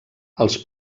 els